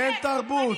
אין תרבות.